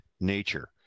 nature